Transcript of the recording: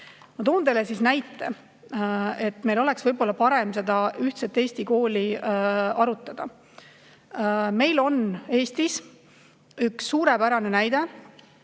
toon teile näite, et meil oleks võib-olla parem seda ühtset Eesti kooli arutada. Meil on Eestis üks suurepärane näide